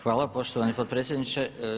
Hvala poštovani potpredsjedniče.